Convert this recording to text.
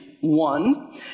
One